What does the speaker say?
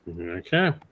Okay